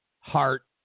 Heart